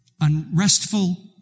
unrestful